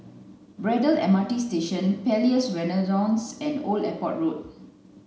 Braddell M R T Station Palais Renaissance and Old Airport Road